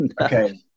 okay